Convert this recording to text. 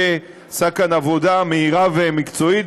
שעשה כאן עבודה מהירה ומקצועית.